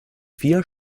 vier